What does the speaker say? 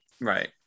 right